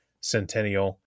centennial